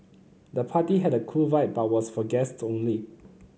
the party had a cool vibe but was for guest only